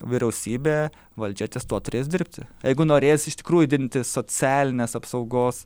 vyriausybė valdžia ties tuo turės dirbti jeigu norės iš tikrųjų didinti socialinės apsaugos